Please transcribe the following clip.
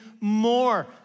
more